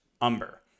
Umber